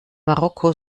marokko